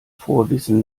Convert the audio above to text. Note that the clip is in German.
vorwissen